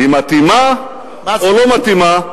היא מתאימה או לא מתאימה,